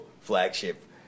flagship